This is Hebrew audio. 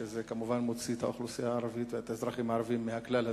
שזה כמובן מוציא את האזרחים הערבים מהכלל הזה,